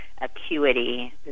acuity